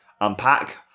Unpack